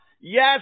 Yes